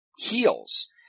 Heels